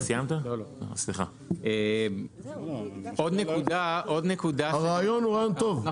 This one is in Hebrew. עוד נקודה --- הרעיון הוא רעיון טוב,